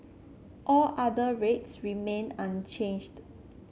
all other rates remain unchanged